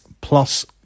plus